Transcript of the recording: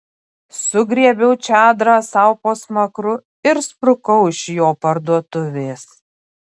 sugriebiau čadrą sau po smakru ir sprukau iš jo parduotuvės